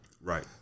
right